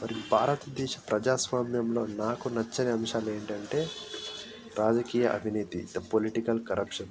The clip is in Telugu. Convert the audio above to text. అది భారతదేశ ప్రజాస్వామ్యంలో నాకు నచ్చని అంశాలు ఏంటంటే రాజకీయ అవినీతి ద పొలిటికల్ కరప్షన్